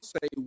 say